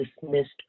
dismissed